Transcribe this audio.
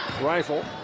Rifle